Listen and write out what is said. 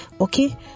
Okay